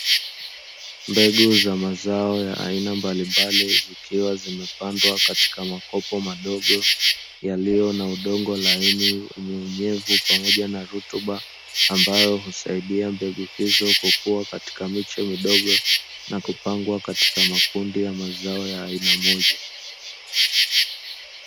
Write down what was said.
Mbegu za mazao ya aina mbalimbali zikiwa zimepandwa katika makopo madogo yaliyo na udongo laini wenye unyevu pamoja na rutuba ambayo husaidia mbegu hizo kukua katika miche midogo na kupangwa katika makundi ya mazao ya aina moja.